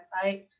website